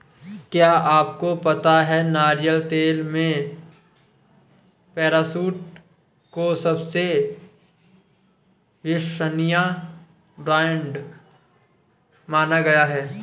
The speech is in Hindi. क्या आपको पता है नारियल तेल में पैराशूट को सबसे विश्वसनीय ब्रांड माना गया है?